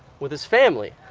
with his family.